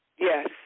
Yes